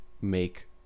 Make